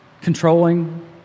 controlling